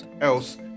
else